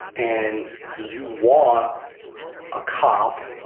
and you want a cop,